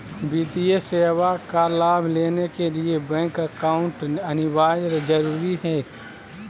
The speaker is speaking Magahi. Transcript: वित्तीय सेवा का लाभ लेने के लिए बैंक अकाउंट अनिवार्यता जरूरी है?